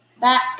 Back